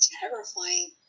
terrifying